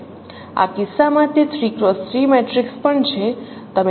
આ કિસ્સામાં તે 3x3 મેટ્રિક્સ પણ છે